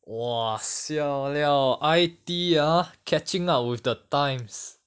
!wah! siao liao I_T ah catching up with the times